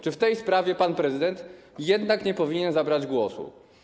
Czy w tej sprawie pan prezydent jednak nie powinien zabrać głosu?